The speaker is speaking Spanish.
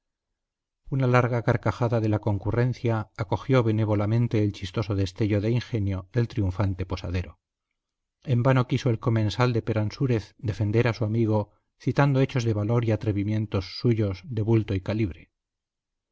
una larga carcajada de la concurrencia acogió benévolamente el chistoso destello de ingenio del triunfante posadero en vano quiso el comensal de peransúrez defender a su amigo citando hechos de valor y atrevimientos suyos de bulto y calibre